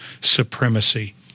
supremacy